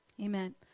Amen